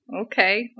Okay